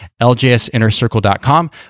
ljsinnercircle.com